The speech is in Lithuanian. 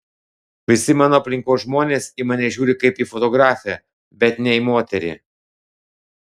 visi mano aplinkos žmonės į mane žiūri kaip į fotografę bet ne į moterį